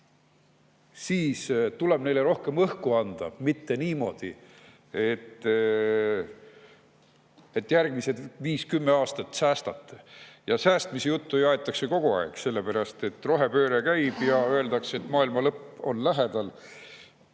siis tuleb neile rohkem õhku anda, mitte öelda niimoodi, et järgmised viis-kümme aastat säästate. Ja säästmise juttu aetakse ju kogu aeg, sellepärast et rohepööre käib ja öeldakse, et maailmalõpp on lähedal.